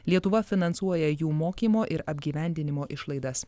lietuva finansuoja jų mokymo ir apgyvendinimo išlaidas